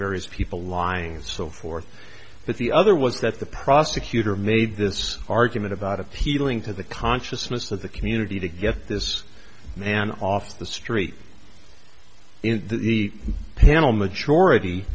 various people lying and so forth but the other was that the prosecutor made this argument about appealing to the consciousness of the community to get this man off the street in the panel majority